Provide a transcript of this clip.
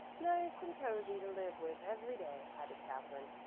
nice and cozy to live with every day, added katherine.